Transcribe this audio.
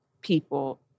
people